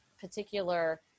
particular